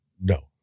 no